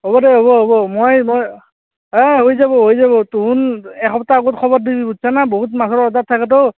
হ'ব দে হ'ব হ'ব মই মই অঁ হৈ যাব হৈ যাব তোহোন এসপ্তাহ আগত খবৰ দিবি বুইছানে বহুত মানুহৰ অৰ্ডাৰ থাকেতো